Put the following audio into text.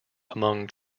among